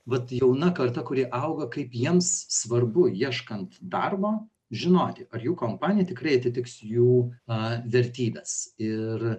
vat jauna karta kuri auga kaip jiems svarbu ieškant darbo žinoti ar jų kompanija tikrai atitiks jų a vertybes ir